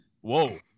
whoa